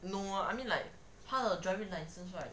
no I mean like 他的 driving license right